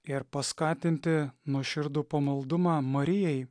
ir paskatinti nuoširdų pamaldumą marijai